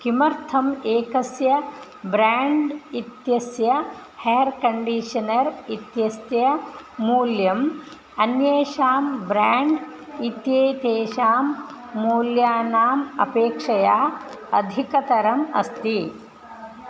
किमर्थम् एकस्य ब्राण्ड् इत्यस्य हेर् कण्डीशनर् इत्यस्य मूल्यम् अन्येषां ब्राण्ड् इत्येतेषां मूल्यानाम् अपेक्षया अधिकतरम् अस्ति